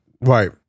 Right